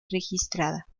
registrada